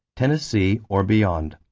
tennessee, or beyond.